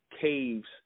caves